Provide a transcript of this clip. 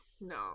No